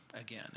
Again